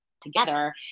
together